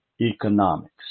economics